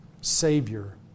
Savior